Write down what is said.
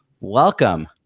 Welcome